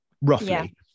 roughly